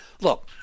look